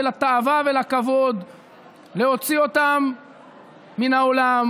לתאווה ולכבוד להוציא אותם מן העולם,